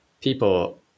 people